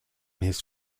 his